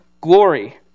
glory